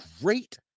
great